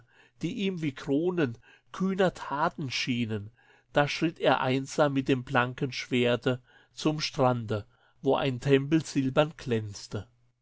die ihm wie kronen kühner taten schienen da schritt er einsam mit dem blanken schwerte zum strande wo ein tempel silbern glänzte